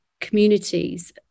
communities